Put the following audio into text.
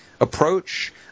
approach